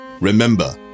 Remember